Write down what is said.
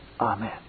Amen